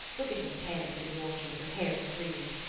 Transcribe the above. look at her tearing through the orchard with her hair streaming.